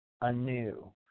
anew